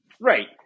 Right